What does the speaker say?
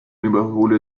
überhole